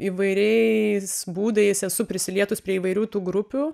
įvairiais būdais esu prisilietus prie įvairių tų grupių